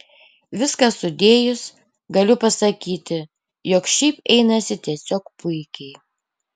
viską sudėjus galiu pasakyti jog šiaip einasi tiesiog puikiai